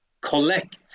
collect